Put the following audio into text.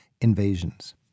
invasions